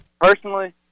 personally